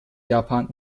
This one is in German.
japan